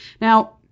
Now